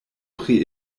pri